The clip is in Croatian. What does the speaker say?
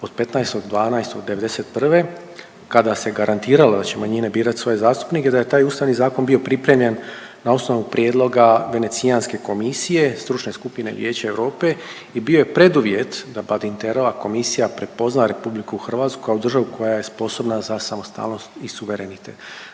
od 15.12.'91. kada se garantiralo da će manjine birat svoje zastupnike da je taj Ustavni zakon bio pripremljen na osnovu prijedloga Venecijanske komisije, stručne skupine Vijeća Europe i bio je preduvjet da …/Govornik se ne razumije./…komisija prepozna RH kao državu koja je sposobna za samostalnost i suverenitet,